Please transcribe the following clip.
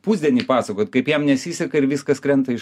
pusdienį pasakot kaip jam nesiseka ir viskas krenta iš